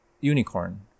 unicorn